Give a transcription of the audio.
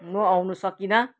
म आउन सकिनँ